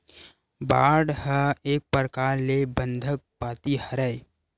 bond ह एक परकार ले बंधक पाती हरय